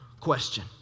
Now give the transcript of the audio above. question